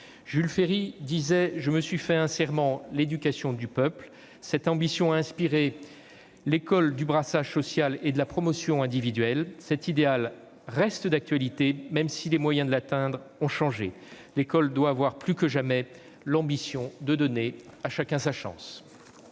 Jules Ferry s'était fait un serment : l'éducation du peuple. Cette ambition a inspiré l'école du brassage social et de la promotion individuelle. Cet idéal reste d'actualité, même si les moyens de l'atteindre ont changé. L'école doit avoir plus que jamais l'ambition de donner à chacun sa chance.